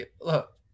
look